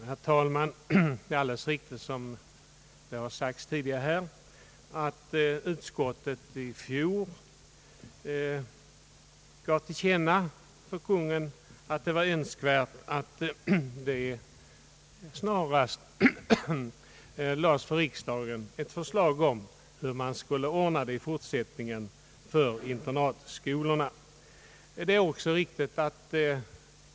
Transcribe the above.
Herr talman! Det är alldeles riktigt, som här har sagts tidigare, att utskottet i fjol gav till känna för Kungl. Maj:t att det var önskvärt att det snarast lades fram ett förslag för riksdagen om hur man i fortsättningen skulle ordna det för internatskolorna.